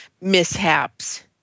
mishaps